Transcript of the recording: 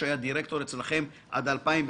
שהיה דירקטור אצלכם עד 2010,